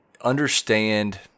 understand